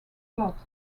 plot